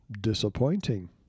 disappointing